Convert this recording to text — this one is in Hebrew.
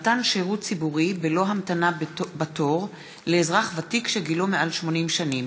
(מתן שירות ציבורי בלא המתנה בתור לאזרח ותיק שגילו מעל 80 שנים),